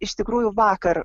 iš tikrųjų vakar